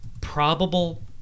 probable